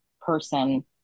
person